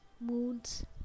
moods